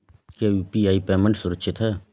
क्या UPI payment सुरक्षित है?